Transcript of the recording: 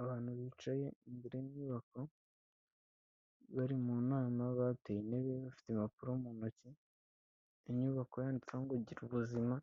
Abantu bicaye imbere y'inyubako bari mu nama bateye intebe, bafite impapuro mu ntoki, inyubako yanditseho ngo gira ubuzima,